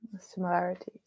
similarities